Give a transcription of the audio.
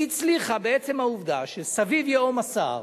היא הצליחה בעצם העובדה שסביב ייהום הסער,